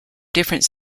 different